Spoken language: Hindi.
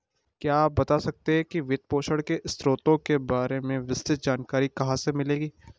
क्या आप बता सकते है कि वित्तपोषण के स्रोतों के बारे में विस्तृत जानकारी कहाँ से मिलेगी?